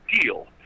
deal